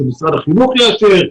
שמשרד החינוך יאשר,